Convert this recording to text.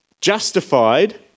justified